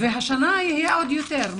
והשנה יהיה עוד יותר.